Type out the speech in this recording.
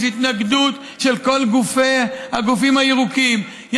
יש התנגדות של כל הגופים הירוקים.